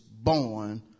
born